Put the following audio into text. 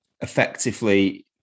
effectively